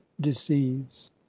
deceives